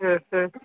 ആ ആ